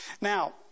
Now